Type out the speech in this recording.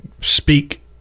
speak